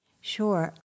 Sure